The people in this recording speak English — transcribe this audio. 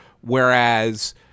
Whereas